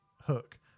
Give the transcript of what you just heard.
hook